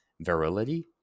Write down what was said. virility